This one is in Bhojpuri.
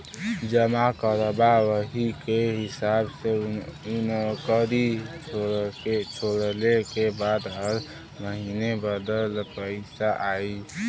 जमा करबा वही के हिसाब से नउकरी छोड़ले के बाद हर महीने बंडल पइसा आई